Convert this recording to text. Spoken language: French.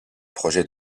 projets